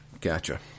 Gotcha